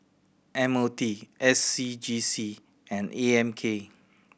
M O T S C G C and A M K